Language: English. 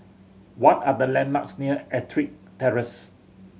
what are the landmarks near Ettrick Terrace